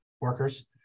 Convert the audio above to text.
workers